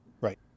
Right